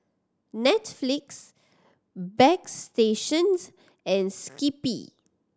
Netflix Bagstationz and Skippy